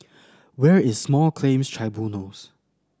where is Small Claims Tribunals